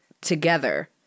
together